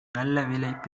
நல்ல